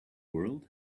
world